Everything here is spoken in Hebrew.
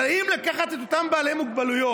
אבל האם לקחת את אותם בעלי מוגבלויות,